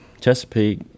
Chesapeake